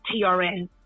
TRN